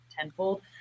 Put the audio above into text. tenfold